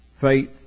faith